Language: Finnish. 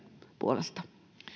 puolesta